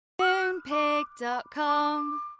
Moonpig.com